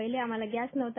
पहिले आम्हा गॅस नव्हता